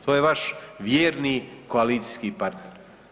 To je vaš vjerni koalicijski partner.